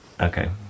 Okay